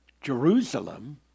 Jerusalem